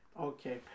okay